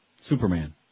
Superman